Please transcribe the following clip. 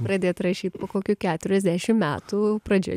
pradėt rašyt po kokių keturiasdešim metų pradžia